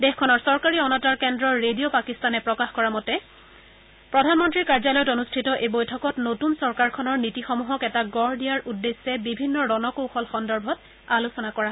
দেশখনৰ চৰকাৰী অনাতাঁৰ কেন্দ্ৰ ৰেডিঅ পাকিস্তানে প্ৰকাশ কৰা মতে প্ৰধানমন্ত্ৰীৰ কাৰ্যালয়ত অনুষ্ঠিত এই বৈঠকত নতুন চৰকাৰখনৰ নীতিসমূহক এটা গঢ় দিয়াৰ উদ্দেশ্যে বিভিন্ন ৰণ কৌশল সন্দৰ্ভত আলোচনা কৰা হয়